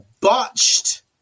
botched